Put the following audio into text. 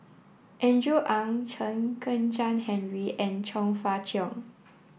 Andrew Ang Chen Kezhan Henri and Chong Fah Cheong